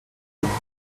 demain